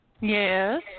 Yes